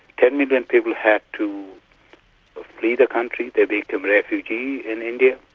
ten million people had to flee the country, they became refugees in india.